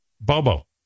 Bobo